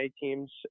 teams